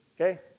Okay